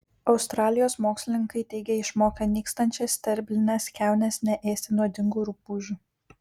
australijos mokslininkai teigia išmokę nykstančias sterblines kiaunes neėsti nuodingų rupūžių